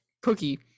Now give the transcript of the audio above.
Cookie